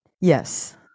Yes